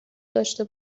داشته